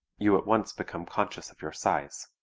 you at once become conscious of your size.